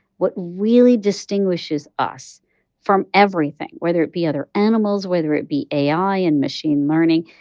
what really distinguishes us from everything, whether it be other animals, whether it be ai and machine learning,